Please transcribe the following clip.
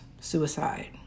suicide